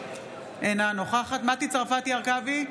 אינה נוכחת מטי צרפתי הרכבי,